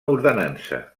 ordenança